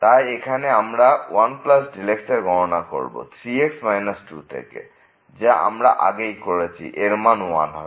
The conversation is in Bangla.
তাই এখানে আমরা আবার 1 x র গননা করবো 3x 2 থেকে যা আমরা আগেই করেছি এবং এর মান 1 হবে